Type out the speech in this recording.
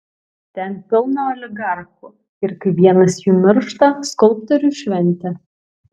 ten pilna oligarchų ir kai vienas jų miršta skulptoriui šventė